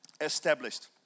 Established